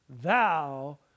Thou